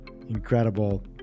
incredible